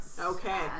Okay